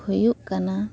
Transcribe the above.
ᱦᱩᱭᱩᱜ ᱠᱟᱱᱟ